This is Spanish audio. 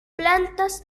plantas